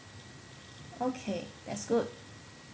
okay that's good